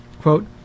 Quote